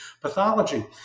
pathology